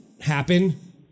happen